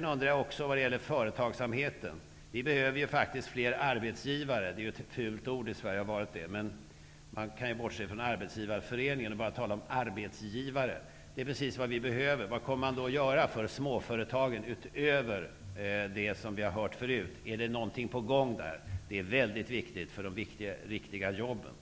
När det gäller företagsamheten vill jag framhålla att det behövs fler arbetsgivare, även om ordet arbetsgivare är ett fult ord i Sverige. Men vi kan ju bortse från Arbetsgivareföreningen och bara tala om arbetsgivare. Vad kommer man då att göra för småföretagen utöver det som vi har hört förut? Är någonting på gång? Det är väldigt viktigt för de riktiga jobben.